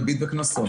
ריבית וקנסות.